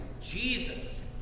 Jesus